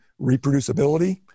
reproducibility